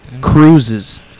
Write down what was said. Cruises